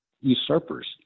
usurpers